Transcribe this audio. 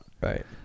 Right